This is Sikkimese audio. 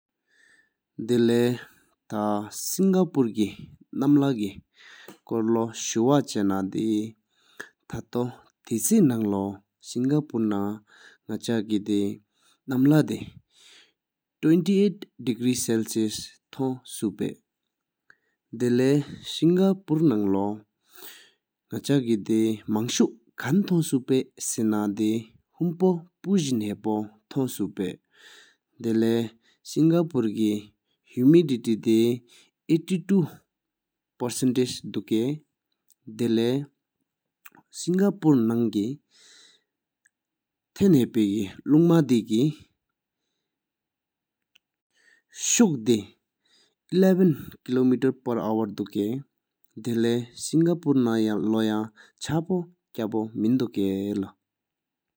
ཐེ་ལེགས་ཐ་སིང་ག་པོ་ཀེ་ནམ་ལྷ་གསེས་སིང་ག་བྱུང་གནས་ཐུང་དེའི་སེམས་སོར་མཐོང་ན་པ་ན་ནི་སིང་ག་པོ་ན་ནང་ལྷ་དང་ཡར་འཙོང་པ་སུ་མེད་འབྱོར་གསོ་བའི་ལུགས་མང་དགོས་ཡོན་རང་སེམས་གསར་ས་ཡོམས་ཡོངས་ཨུའེ་རིམ་བྱེད་ཡོད་སོང་ཐོག་བསོད་དགིས་འཚབས་རོགས་མཆོངས་མེན། སིང་ག་པོ་ནང་འུལ་ད་པེ་དཔེ་ཁ་གཏངས་ཆེས་པད་ཀར་ལྟ་དོན་བསྡོད་འབྱག་སྦྲ་མེན། བསྟན་ནོལ་སིང་ག་པོ་གསེས་ཐོ་གསེས་ཐུང་ནའི་ནམ་ལྷ་ལྟ་མཛོད་ལྷ་ངར་ཚང་བའོས་བསངས་དུས་པ་གསེས་ཧོང་ཟིན་སོགས་ཀྱིས་འདུས་པར་ཆགས་ཚུར་པའི་ཁམ་བཙང་ཅུང་བསོད་ཇིིགས་མེངསལ་བྱས་དགོས་རང་ཁ་གྱད་འབད་མེན་བརྗོད་མིང་གསང་ནས་དབྱང་མེད་ཡིན། བསྟན་ནོལ་སིང་ག་པོ་ནང་ཡང་ཆེས་ལ་མིང་མིང་མེད་ཟློས་བཏགས་ཀས་མེདར་དི་མེད་འོས་བཀོད་ཀྱི་བའི་ལེའུ་གས།